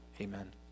Amen